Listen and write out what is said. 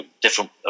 different